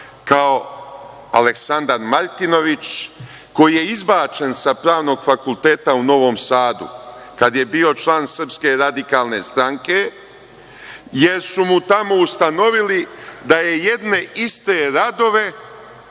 kao Aleksandar Martinović, koji je izbačen sa Pravnog fakulteta u Novom Sadu kada je bio član SRS, jer su mu tamo ustanovili da je jedne iste radove